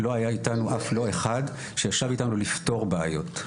לא היה איתנו אף לא אחד שישב איתנו לפתור בעיות.